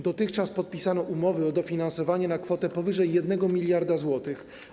Dotychczas podpisano umowy o dofinansowanie na kwotę powyżej 1 mld zł.